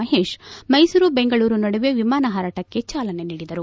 ಮಹೇಶ್ ಮೈಸೂರು ಬೆಂಗಳೂರು ನಡುವೆ ವಿಮಾನ ಹಾರಾಟಕ್ಕೆ ಚಾಲನೆ ನೀಡಿದರು